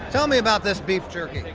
tell me about this beef jerky.